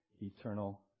eternal